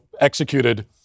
executed